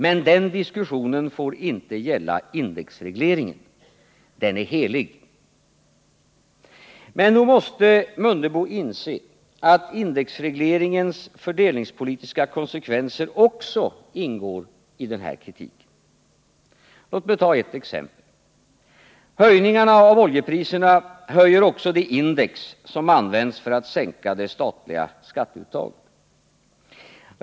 Men den diskussionen får inte gälla indexregleringen. Den är helig! Men nog måste herr Mundebo inse att indexregleringens fördelningspolitiska konsekvenser också ingår i den här kritiken. Låt mig ta ett exempel. Höjningarna av oljepriserna höjer också det index som används för att sänka de statliga skatteuttaget.